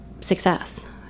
success